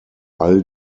all